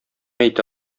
әйтә